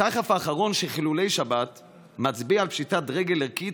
הסחף האחרון של חילולי שבת מצביע על פשיטת רגל ערכית,